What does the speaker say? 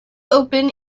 open